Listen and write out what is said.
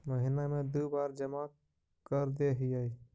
महिना मे दु बार जमा करदेहिय?